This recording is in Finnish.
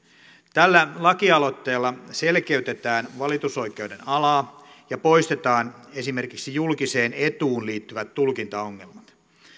tällä lakialoitteella selkeytetään valitusoikeuden alaa ja poistetaan esimerkiksi julkiseen etuun liittyvät tulkintaongelmat